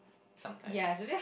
sometimes